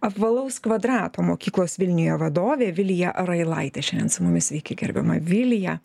apvalaus kvadrato mokyklos vilniuje vadovė vilija railaitė šiandien su mumis sveiki gerbiama vilija